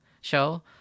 show